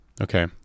Okay